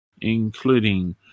including